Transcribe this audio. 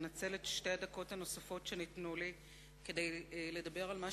אנצל את שתי הדקות הנוספות שניתנו לי כדי לדבר על מה